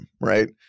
right